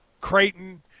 Creighton